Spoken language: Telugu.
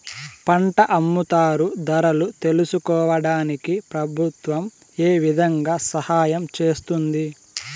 పంట అమ్ముతారు ధరలు తెలుసుకోవడానికి ప్రభుత్వం ఏ విధంగా సహాయం చేస్తుంది?